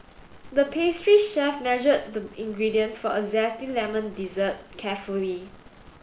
the pastry chef measured the ingredients for a zesty lemon dessert carefully